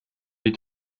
est